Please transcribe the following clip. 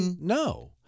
no